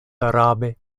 arabe